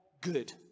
good